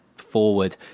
forward